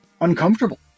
uncomfortable